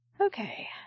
okay